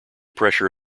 pressure